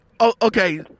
okay